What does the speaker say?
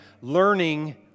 learning